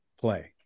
play